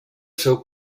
seu